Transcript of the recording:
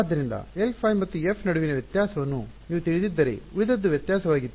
ಆದ್ದರಿಂದ Lϕ ಮತ್ತು f ನಡುವಿನ ವ್ಯತ್ಯಾಸವನ್ನು ನೀವು ತಿಳಿದಿದ್ದರೆ ಉಳಿದದ್ದು ವ್ಯತ್ಯಾಸವಾಗಿತ್ತು